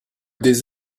des